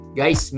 guys